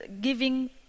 giving